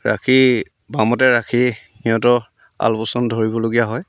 ৰাখি বামতে ৰাখি সিহঁতৰ আলপৈচান ধৰিবলগীয়া হয়